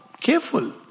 careful